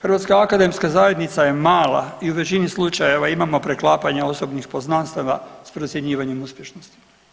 Hrvatska akademska zajednica je mala i u veći slučajeva imamo preklapanja osobnih poznanstava s procjenjivanjem uspješnosti.